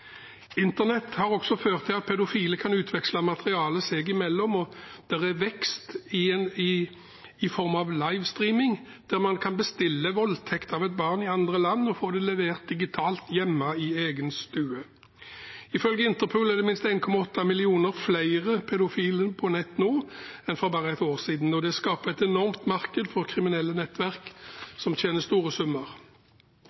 Internett har også ført til at pedofile kan utveksle materiale seg imellom, og det er vekst i form av livestreaming, der man kan bestille voldtekt av et barn i andre land og få det levert digitalt hjemme i egen stue. Ifølge Interpol er det minst 1,8 millioner flere pedofile på nett nå enn for bare et år siden. Dette skaper et enormt marked for kriminelle nettverk,